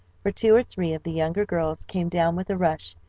for two or three of the younger girls came down with a rush,